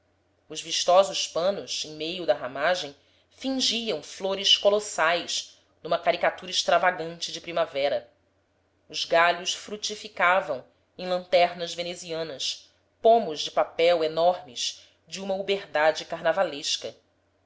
os vistosos panos em meio da ramagem fingiam flores colossais numa caricatura extravagante de primavera os galhos frutificavam em lanternas venezianas pomos de papel enormes de uma uberdade carnavalesca